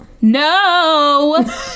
No